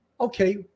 okay